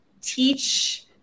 teach